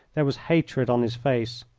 there was hatred on his face.